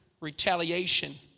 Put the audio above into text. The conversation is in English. retaliation